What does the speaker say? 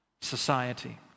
society